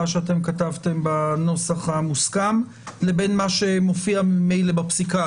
שאתם כתבתם בנוסח המוסכם לבין מה שמופיע ממילא בפסיקה.